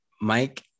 mike